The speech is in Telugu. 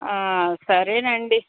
సరేనండి